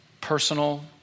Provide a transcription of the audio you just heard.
personal